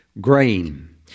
grain